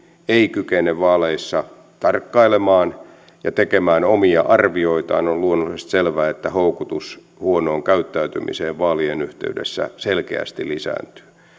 ei kykene vaaleissa tarkkailemaan ja tekemään omia arvioitaan on luonnollisesti selvä että houkutus huonoon käyttäytymiseen vaalien yhteydessä selkeästi lisääntyy